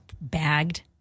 bagged